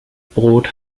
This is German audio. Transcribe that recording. brot